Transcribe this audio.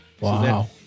Wow